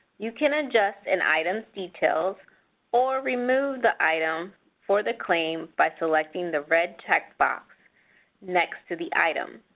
you can adjust an item's details or remove the item for the claim by selecting the red check box next to the item.